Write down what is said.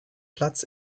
platz